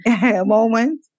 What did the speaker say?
moment